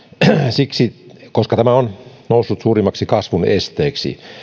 siksi että se on noussut suurimmaksi kasvun esteeksi